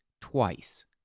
twice